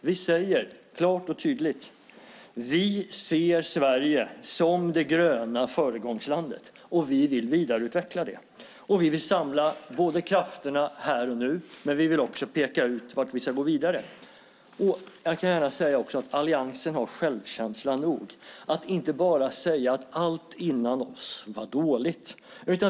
Vi säger klart och tydligt att vi ser Sverige som det gröna föregångslandet. Vi vill vidareutveckla det. Vi vill både samla krafterna här och nu och peka ut vart vi ska gå vidare. Jag kan också gärna säga att Alliansen har självkänsla nog att inte bara säga att allt före oss var dåligt.